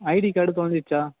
ID card தொலஞ்சிடுச்சா